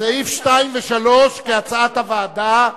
סעיפים 2 ו-3 כהצעת הוועדה,